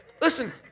Listen